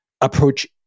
approach